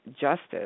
Justice